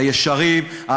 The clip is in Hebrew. הישרים,